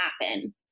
happen